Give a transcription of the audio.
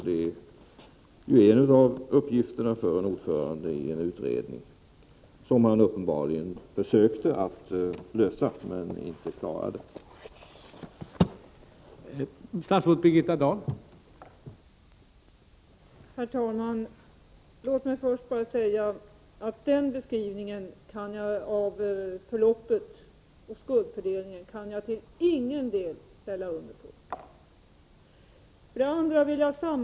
Detta är en av uppgifterna för en utredningsordförande, och han försökte uppenbarligen att lösa den men klarade det inte.